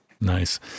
Nice